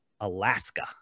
Alaska